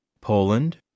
Poland